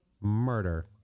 murder